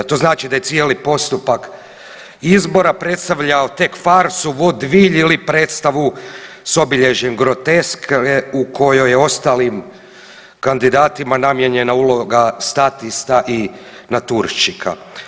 To znači da je cijeli postupak izbora predstavljao tek farsu vodvilj ili predstavu s obilježjem groteske u kojoj je ostalim kandidatima namijenjena uloga statista i naturščika.